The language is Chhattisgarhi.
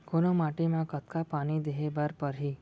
कोन माटी म कतका पानी देहे बर परहि?